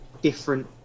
different